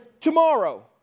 tomorrow